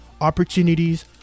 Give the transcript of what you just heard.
opportunities